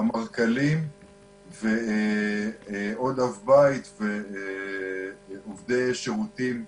אמרכלים ועוד אב בית ועובדי שירותים רוחביים.